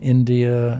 India